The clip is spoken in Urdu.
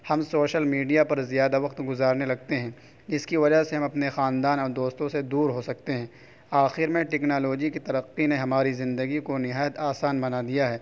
ہم سوشل میڈیا پر زیادہ وقت گزارنے لگتے ہیں جس کی وجہ سے ہم اپنے خاندان اور دوستوں سے دور ہو سکتے ہیں آخر میں ٹیکنالوجی کی ترقی نے ہماری زندگی کو نہایت آسان بنا دیا ہے